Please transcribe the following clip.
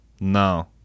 No